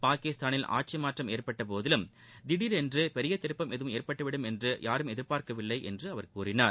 பாகிஸ்தானில் ஆட்சிமாற்றம் ஏற்பட்ட போதிலும் திடீரென்று பெரிய திருப்பம் எதுவும் ஏற்பட்டுவிடும் என்று யாரும் எதிர்பார்க்கவில்லை என்றார்